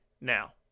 now